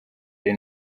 ari